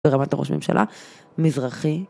ברמת הראש ממשלה, מזרחי.